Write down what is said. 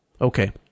okay